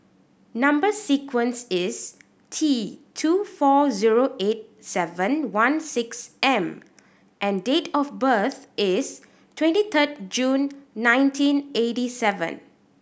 number sequence is T two four zero eight seven one six M and date of birth is twenty third June nineteen eighty seven